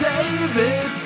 David